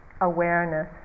awareness